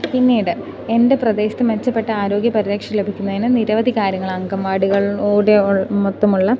പിന്നീട് എൻ്റെ പ്രദേശത്ത് മെച്ചപ്പെട്ട ആരോഗ്യ പരിരക്ഷ ലഭിക്കുന്നതിന് നിരവധി കാര്യങ്ങൾ അംഗൻവാടികളിലൂടെ ഉൾ മൊത്തമുള്ള